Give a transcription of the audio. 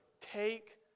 take